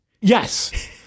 yes